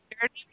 Dirty